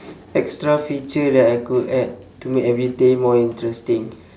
extra feature that I could add to make everyday more interesting